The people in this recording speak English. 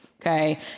Okay